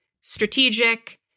strategic